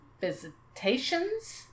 visitations